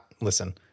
listen